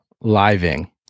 Living